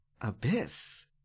Abyss